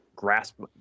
grasp